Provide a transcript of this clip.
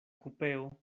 kupeo